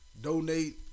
donate